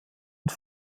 und